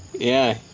yeah,